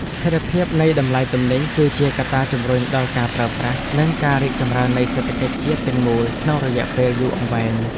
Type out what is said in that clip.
ស្ថិរភាពនៃតម្លៃទំនិញ គឺជាកត្តាជម្រុញដល់ការប្រើប្រាស់ និងការរីកចម្រើននៃសេដ្ឋកិច្ចជាតិទាំងមូលក្នុងរយៈពេលយូរអង្វែង។